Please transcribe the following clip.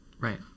Right